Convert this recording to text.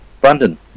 Brandon